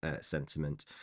sentiment